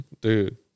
dude